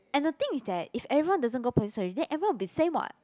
and the thing is that if everyone doesn't go plastic surgery then everyone will be same [what]